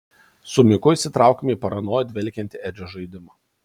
su miku įsitraukėme į paranoja dvelkiantį edžio žaidimą